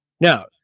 now